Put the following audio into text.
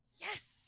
Yes